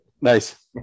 Nice